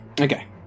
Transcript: Okay